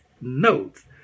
notes